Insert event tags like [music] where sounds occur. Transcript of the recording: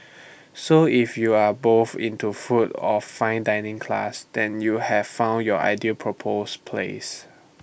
[noise] so if you are both into food of fine dining class then you have found your ideal proposal place